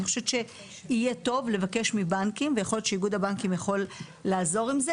אני חושבת שאיגוד הבנקים יכול לעזור עם הנושא,